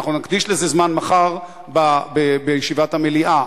אנחנו נקדיש לזה זמן מחר בישיבת המליאה,